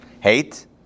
Hate